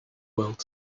world